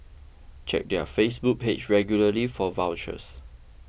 check their Facebook page regularly for vouchers